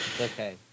Okay